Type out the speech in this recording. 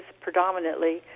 predominantly